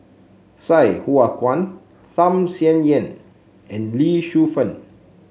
Sai Hua Kuan Tham Sien Yen and Lee Shu Fen